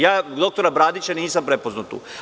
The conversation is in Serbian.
Ja doktora Bradića nisam prepoznao tu.